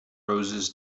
roses